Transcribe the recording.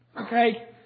Okay